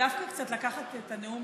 דווקא לקחת את הנאום